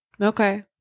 Okay